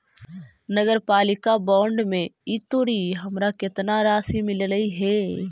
नगरपालिका बॉन्ड में ई तुरी हमरा केतना राशि मिललई हे?